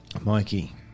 Mikey